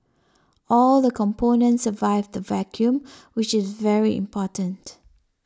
all the components survived vacuum which is very important